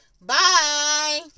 Bye